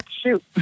shoot